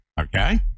Okay